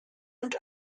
und